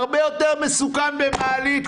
הרבה יותר מסוכן במעלית,